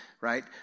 right